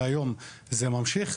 והיום זה נמשך.